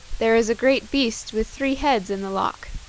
there is a great beast with three heads in the loch,